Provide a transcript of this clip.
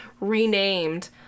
renamed